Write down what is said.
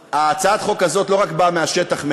הצעת החוק הזאת לא רק באה מהשטח,